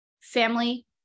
family